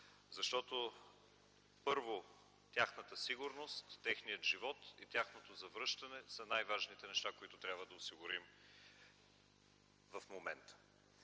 защото, първо, тяхната сигурност, техният живот и тяхното завръщане са най-важните неща, които трябва да осигурим в момента.